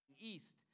east